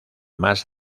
más